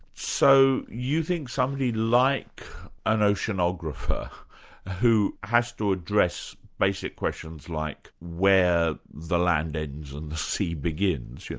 so you think somebody like an oceanographer who has to address basic questions like where the land ends and the sea begins, you